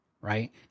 right